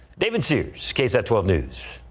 david sears ksat twelve news.